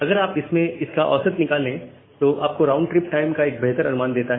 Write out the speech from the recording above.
अगर आप इसमें इसका औसत निकाल लें तो यह आपको राउंड ट्रिप टाइम का एक बेहतर अनुमान देता है